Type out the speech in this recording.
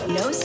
no